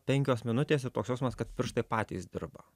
penkios minutės ir toks jausmas kad pirštai patys dirba